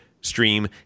stream